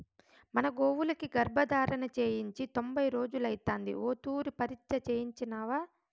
మన గోవులకి గర్భధారణ చేయించి తొంభై రోజులైతాంది ఓ తూరి పరీచ్ఛ చేయించినావా